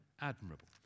admirable